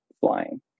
flying